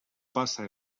passa